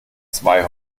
zwei